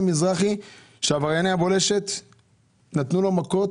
מזרחי שעברייני הבולשת נתנו לו מכות,